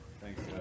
Thanks